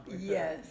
Yes